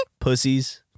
Pussies